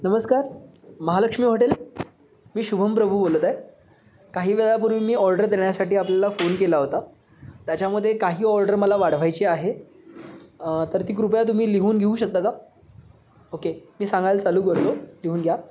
नमस्कार महालक्ष्मी हॉटेल मी शुभम प्रभू बोलत आहे काही वेळापूर्वी मी ऑर्डर देण्यासाठी आपल्याला फोन केला होता त्याच्यामध्ये काही ऑर्डर मला वाढवायची आहे तर ती कृपया तुम्ही लिहून घेऊ शकता का ओके मी सांगायला चालू करतो लिहून घ्या